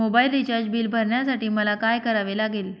Mobile recharge bill भरण्यासाठी मला काय करावे लागेल?